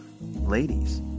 Ladies